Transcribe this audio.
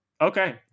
Okay